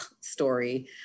story